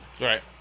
Right